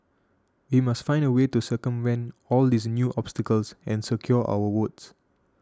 we must find a way to circumvent all these new obstacles and secure our votes